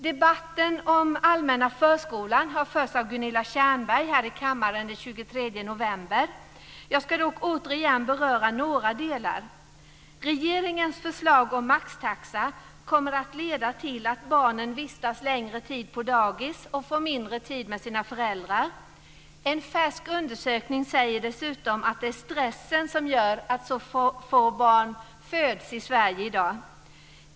Debatten om den allmänna förskolan har förts av Jag ska dock återigen beröra några delar. Regeringens förslag om maxtaxa kommer att leda till att barnen vistas längre tid på dagis och får mindre tid med sina föräldrar. En färsk undersökning säger dessutom att det är stressen som gör att så få barn föds i Sverige i dag.